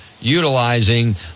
utilizing